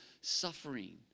suffering